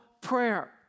prayer